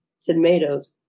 tomatoes